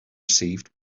received